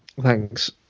Thanks